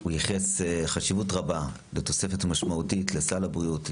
הוא ייחס חשיבות רבה לתוספת משמעותית לסל הבריאות,